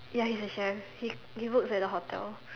ya he's a chef he works at a hotel